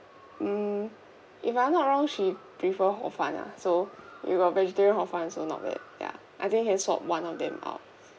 mm if I'm not wrong she prefer hor fun ah so you got vegetarian hor fun also not bad ya I think can swap one of them out